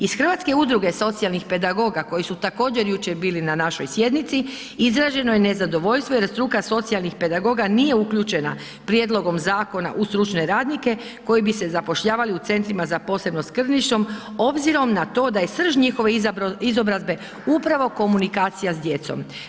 Iz Hrvatske udruge socijalnih pedagoga koji su, također, jučer bili na našoj sjednici, izraženo je nezadovoljstvo jer struka socijalnih pedagoga nije uključena prijedlogom zakona u stručne radnike koji bi se zapošljavali u centrima za posebno skrbništvo, obzirom na to da je srž njihove izobrazbe upravo komunikacija s djecom.